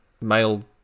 male